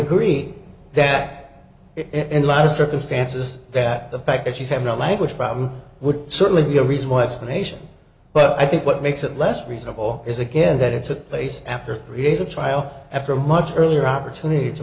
agree that it is a lot of circumstances that the fact that she's having a language problem would certainly be a reasonable explanation but i think what makes it less reasonable is again that it took place after three days of trial after much earlier opportunity to